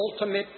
ultimate